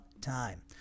time